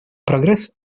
прогресс